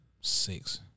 six